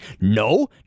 No